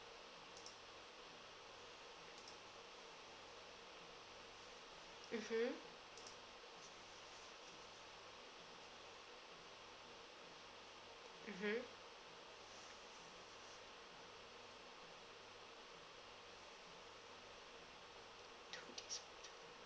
mmhmm mmhmm